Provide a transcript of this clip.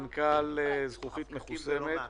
מנכ"ל א.ל.ק זכוכית מחוסמת בע"מ.